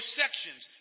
sections